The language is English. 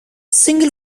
single